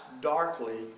darkly